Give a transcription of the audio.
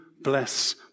bless